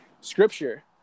scripture